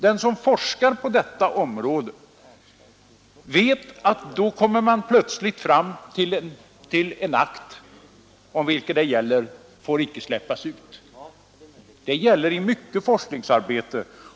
Den som forskat på detta område vet att man plötsligt kan komma fram till en akt om vilken det gäller att den icke får släppas ut. Det gäller i mycket forskningsarbete.